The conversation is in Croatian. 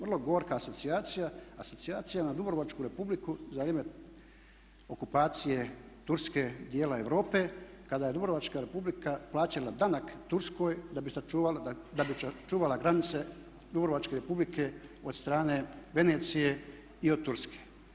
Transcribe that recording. Vrlo gorka asocijacija, asocijacija na Dubrovačku Republiku za vrijeme okupacije Turske, dijela Europe kada je Dubrovačka Republika plaćala danak Turskoj da bi sačuvala granice Dubrovačke Republike od strane Venecije i od Turske.